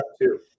two